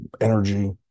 energy